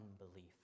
unbelief